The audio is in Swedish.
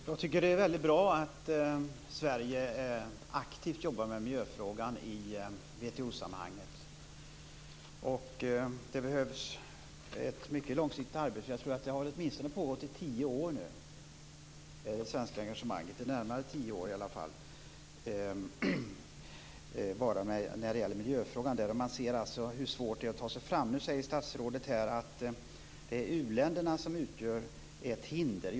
Herr talman! Det är väldigt bra att Sverige jobbar aktivt med miljöfrågan i WTO-sammanhanget. Det behövs ett mycket långsiktigt arbete. Det svenska engagemanget bara när det gäller miljöfrågan har pågått i närmare tio år. Man ser alltså hur svårt det är att ta sig fram. Statsrådet säger nu att det är u-länderna som utgör ett hinder.